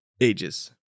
ages